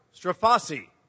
Strafasi